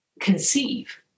conceive